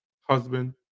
husband